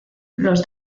los